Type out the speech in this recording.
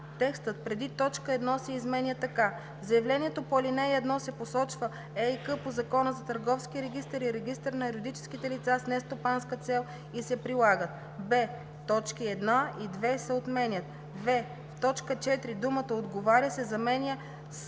текстът преди т. 1 се изменя така: „В заявлението по ал. 1 се посочва ЕИК по Закона за търговския регистър и регистъра на юридическите лица с нестопанска цел и се прилагат:“; б) точки 1 и 2 се отменят; в) в т. 4 думата „отговаря“ се заменя с